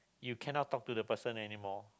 you cannot talk to the person anymore